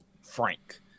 Frank